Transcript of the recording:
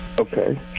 Okay